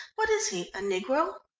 what is he, a negro?